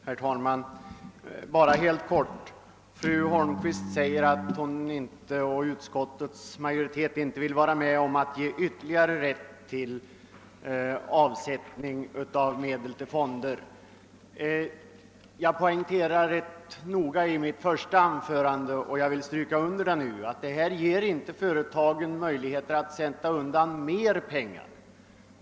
Herr talman! Fru Holmqvist sade att utskottsmajoriteten och hon själv inte ville vara med om att utvidga rätten till skattefri avsättning av medel till fonder. I mitt första anförande poängterade jag och vill nu understryka det, att det här inte gäller att ge företagen möjligheter att sätta av mera pengar.